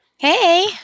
Hey